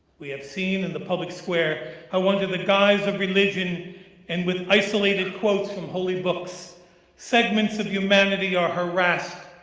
we have seen in and the public square how under the guise of religion and with isolated quotes from holy books segments of humanity are harassed,